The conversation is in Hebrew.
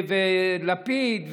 לפיד וליברמן,